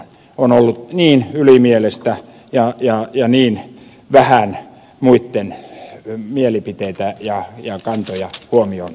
se on ollut niin ylimielistä ja niin vähän muitten mielipiteitä ja kantoja huomioon ottavaa